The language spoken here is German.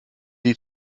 die